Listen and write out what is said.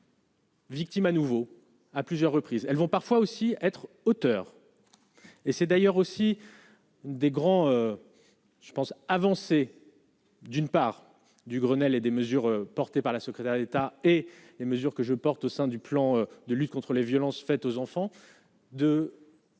Victime à nouveau à plusieurs reprises, elles vont parfois aussi être auteur et c'est d'ailleurs aussi des grands je pense avancer d'une part du Grenelle et des mesures portées par la secrétaire d'État et les mesures que je porte au sein du plan de lutte contre les violences faites aux enfants de.